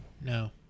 no